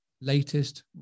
latest